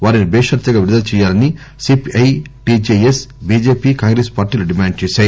వారిని భేషరతుగా విడుదల చేయాలని సిపిఐ టిజెఎస్ బిజెపి కాంగ్రెస్ పార్టీలు డిమాండ్ చేశాయి